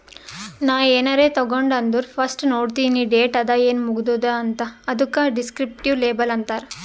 ನಾ ಏನಾರೇ ತಗೊಂಡ್ ಅಂದುರ್ ಫಸ್ಟ್ ನೋಡ್ತೀನಿ ಡೇಟ್ ಅದ ಏನ್ ಮುಗದೂದ ಅಂತ್, ಅದುಕ ದಿಸ್ಕ್ರಿಪ್ಟಿವ್ ಲೇಬಲ್ ಅಂತಾರ್